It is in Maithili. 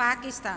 पाकिस्तान